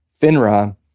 FINRA